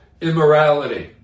immorality